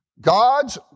God's